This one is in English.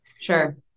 Sure